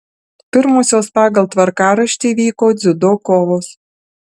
pirmosios pagal tvarkaraštį vyko dziudo kovos